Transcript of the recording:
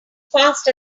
fast